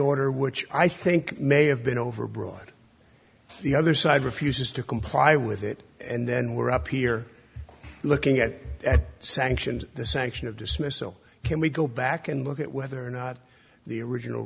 order which i think may have been overbroad the other side refuses to comply with it and then we're up here looking at sanctions the sanction of dismissal can we go back and look at whether or not the original